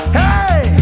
hey